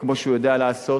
כמו שהוא יודע לעשות,